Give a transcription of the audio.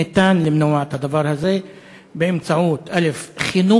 ניתן למנוע את הדבר הזה באמצעות חינוך